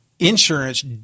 insurance